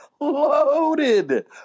Loaded